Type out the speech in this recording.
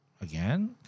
Again